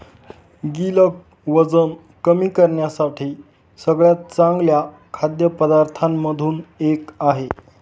गिलक वजन कमी करण्यासाठी सगळ्यात चांगल्या खाद्य पदार्थांमधून एक आहे